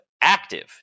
active